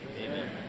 Amen